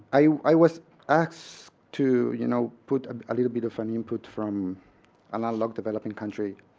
i was asked to you know put ah a little bit of an input from and analog developing country